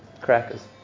crackers